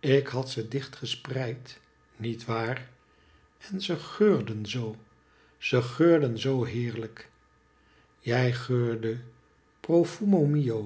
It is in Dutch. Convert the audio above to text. ik had ze dik gespreid niet waar en ze geurden zoo ze geurden zoo heerlijk jij geurde profumo